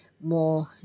more